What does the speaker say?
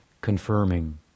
confirming